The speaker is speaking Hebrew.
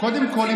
קודם כול,